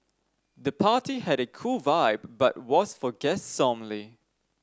the party had a cool vibe but was for guests only